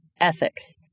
ethics